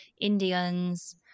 Indians